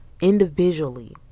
individually